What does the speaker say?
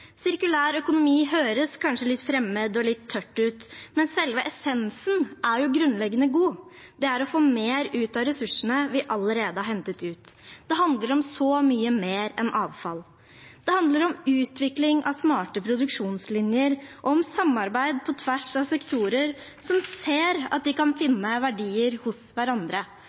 Sirkulær økonomi høres kanskje litt fremmed og tørt ut, men selve essensen er jo grunnleggende god. Det er å få mer ut av de ressursene vi allerede har hentet ut. Det handler om så mye mer enn avfall. Det handler om utvikling av smarte produksjonslinjer og samarbeid på tvers av sektorer som ser at de kan finne verdier hos hverandre.